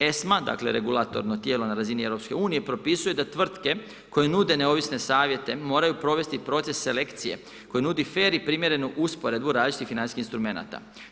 ESMA, dakle regulatorno tijelo na razini EU, propisuje da tvrtke koje nude neovisne savjete moraju provesti proces selekcije koji nudi fer i primjerenu usporedbu različitih financijskih instrumenata.